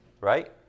Right